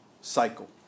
cycle